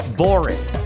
boring